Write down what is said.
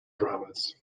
dramas